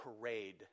parade